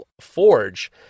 forge